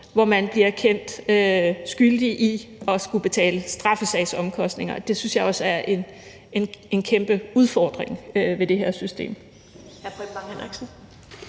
hvor man bliver kendt skyldig i at skulle betale straffesagsomkostninger, og det synes jeg også er en kæmpe udfordring ved det her system.